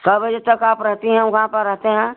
कै बजे तक आप रहती हैं वहाँ पा रहते हैं